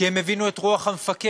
כי הן הבינו את רוח המפקד,